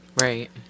Right